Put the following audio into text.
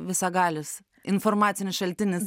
visagalis informacinis šaltinis